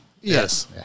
Yes